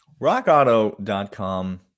RockAuto.com